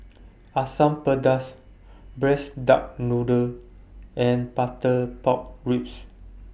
Asam Pedas Braised Duck Noodle and Butter Pork Ribs